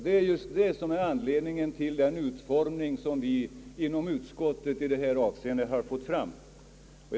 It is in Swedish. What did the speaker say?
Det är anledningen till den utformning av utskottets utlåtande, som vi inom utskottsmajoriteten i detta avseende har kommit fram till.